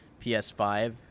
PS5